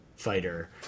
fighter